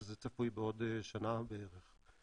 שזה צפוי בעוד שנה בערך.